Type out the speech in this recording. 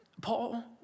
Paul